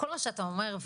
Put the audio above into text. כל מה שאתה אומר,